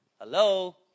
Hello